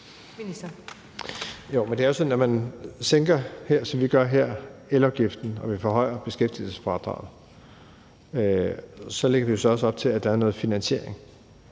det er jo sådan, at når man sænker elafgiften, som vi gør her, og vi forhøjer beskæftigelsesfradraget, så lægger vi jo så også op til, at der er noget finansiering.